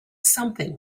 something